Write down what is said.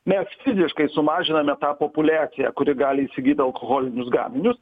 mes fiziškai sumažiname tą populiaciją kuri gali įsigyt alkoholinius gaminius